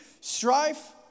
strife